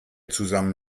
zusammen